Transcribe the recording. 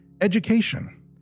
education